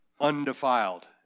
undefiled